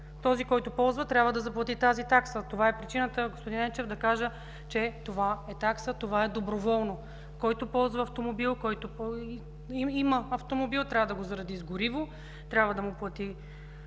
Този, който ползва, трябва да заплати тази такса. Това е причината, господин Енчев, да кажа, че това е такса, това е доброволно. Който ползва автомобил, който има автомобил, трябва да го зареди с гориво, трябва да му плати